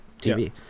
TV